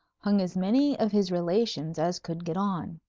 hung as many of his relations as could get on.